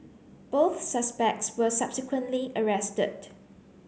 both suspects were subsequently arrested